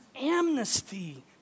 amnesty